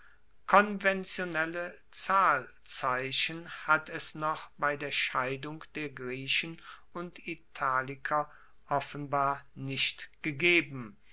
konventionelle zahlzeichen hat es noch bei der scheidung der griechen und italiker offenbar nicht gegeben